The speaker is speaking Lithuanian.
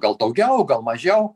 gal daugiau gal mažiau